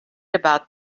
about